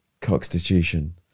constitution